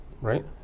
right